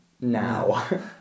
now